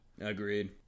Agreed